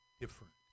different